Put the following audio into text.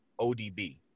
ODB